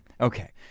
Okay